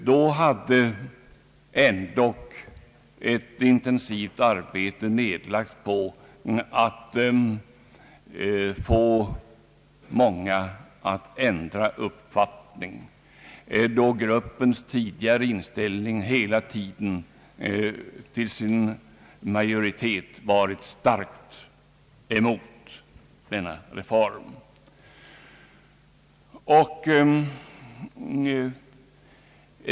Då hade ändock ett intensivt arbete nedlagts på att söka förmå många att ändra uppfattning, eftersom majori teten i gruppen tidigare varit starkt emot reformen.